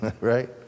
right